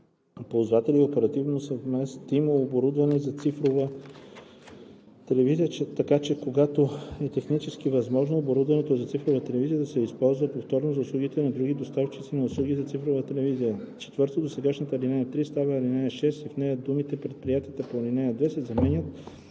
ползватели оперативно съвместимо оборудване за цифрова телевизия, така че, когато е технически възможно, оборудването за цифрова телевизия да се използва повторно за услугите на други доставчици на услуги за цифрова телевизия.“ 4. Досегашната ал. 3 става ал. 6 и в нея думите „предприятията по ал. 2“ се заменят